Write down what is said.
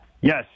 Yes